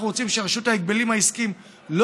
אנחנו רוצים שרשות ההגבלים העסקיים לא